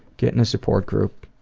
get in a support group,